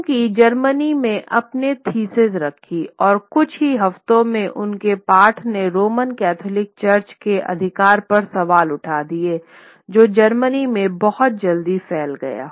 उन्होंने जर्मनी में अपनी थीसिस रखी और कुछ ही हफ्तों में उनके पाठ ने रोमन कैथोलिक चर्च के अधिकार पर सवाल उठा दिया जो जर्मनी में बहुत जल्दी फैल गया